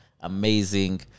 amazing